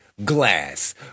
Glass